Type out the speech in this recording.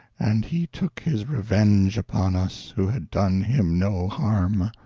and he took his revenge upon us, who had done him no harm.